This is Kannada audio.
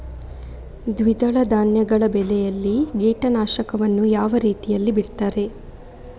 ದ್ವಿದಳ ಧಾನ್ಯಗಳ ಬೆಳೆಯಲ್ಲಿ ಕೀಟನಾಶಕವನ್ನು ಯಾವ ರೀತಿಯಲ್ಲಿ ಬಿಡ್ತಾರೆ?